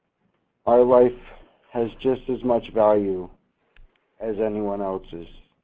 our life has just as much value as anyone else's